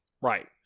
Right